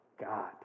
God